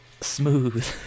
Smooth